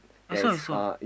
I saw I saw